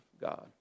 God